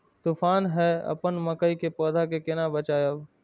तुफान है अपन मकई के पौधा के केना बचायब?